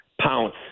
pounce